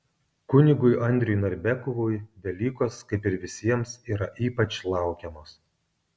kunigui andriui narbekovui velykos kaip ir visiems yra ypač laukiamos